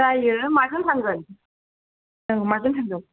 जायो माजों थांगोन ओं माजों थांगोन